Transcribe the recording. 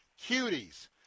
Cuties